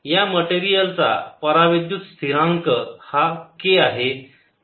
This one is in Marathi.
या मटेरियलचा पराविद्युत स्थिरांक हा k आहे